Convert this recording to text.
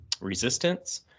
resistance